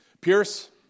Pierce